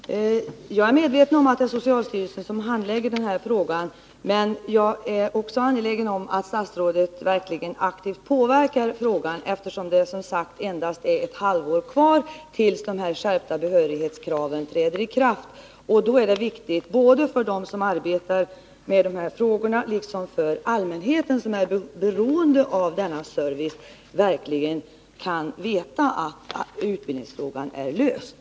Herr talman! Jag är medveten om att det är socialstyrelsen som handlägger den här frågan, men jag är också angelägen om att statsrådet påverkar frågan, eftersom det som sagt endast är ett halvår kvar tills de skärpta behörighetskraven träder i kraft. Då är det viktigt både för dem som arbetar med utprovning av kontaktlinser och för allmänheten, som är beroende av denna service, att verkligen veta att utbildningsfrågan är löst.